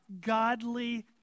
godly